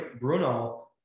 bruno